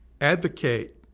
advocate